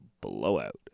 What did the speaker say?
blowout